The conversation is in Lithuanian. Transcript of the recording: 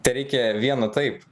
tereikia vieno taip